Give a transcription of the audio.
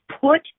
Put